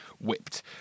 whipped